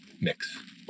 mix